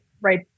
right